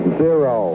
zero